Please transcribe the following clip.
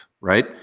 right